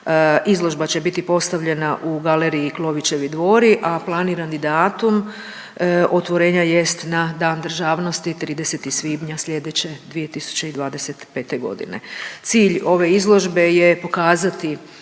Izložba će biti postavljena u galeriji Klovićevi dvori, a planirani datum otvorenja jest na Dan državnosti 30. svibnja sljedeće 2025. godine. Cilj ove izložbe je pokazati